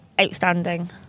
outstanding